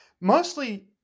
mostly